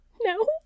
no